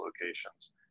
locations